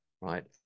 right